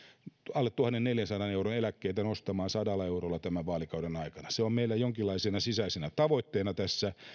alle tuhannenneljänsadan euron eläkkeitä nostamaan sadalla eurolla tämän vaalikauden aikana se on meillä jonkinlaisena sisäisenä tavoitteena tässä